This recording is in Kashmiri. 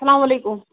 اسلامُ علیکُم